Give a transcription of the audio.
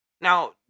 Now